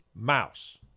Mouse